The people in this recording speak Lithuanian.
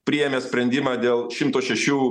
priėmė sprendimą dėl šimto šešių